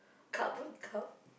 kap uh kap